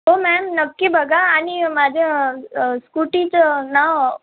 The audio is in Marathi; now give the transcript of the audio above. हो मॅम नक्की बघा आणि माझ्या स्कूटीचं नाव